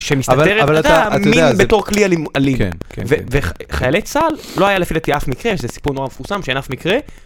שמסתתרת בתור כלי אלים, וחיילי צהל לא היה לפי דעתי אף מקרה, זה סיפור נורא מפורסם שאין אף מקרה.